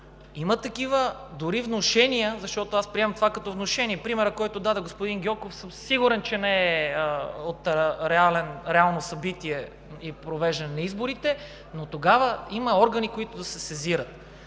има такива, дори внушения, защото аз приемам това като внушение – примерът, който даде господин Гьоков, съм сигурен, че не е от реално събитие и провеждане на изборите, но тогава има органи, които да се сезират.